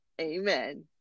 amen